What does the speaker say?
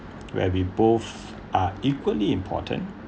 where we both are equally important